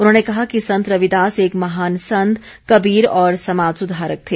उन्होंने कहा कि संत रविदास एक महान संत कबीर और समाज सुधारक थे